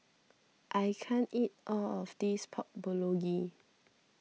I can't eat all of this Pork Bulgogi